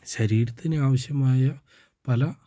ശരീരത്തിന് ആവശ്യമായ പല